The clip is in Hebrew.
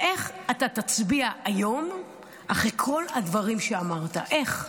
איך תצביע היום אחרי כל הדברים שאמרת, איך?